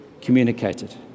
communicated